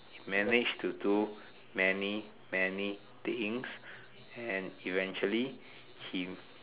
he managed to do many many things and eventually he